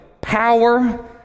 power